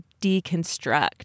deconstruct